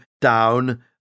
down